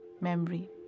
memory